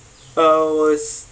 uh was